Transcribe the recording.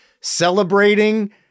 Celebrating